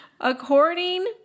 according